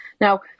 Now